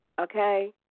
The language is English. okay